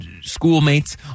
schoolmates